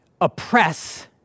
oppress